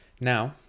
Now